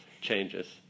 changes